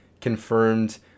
confirmed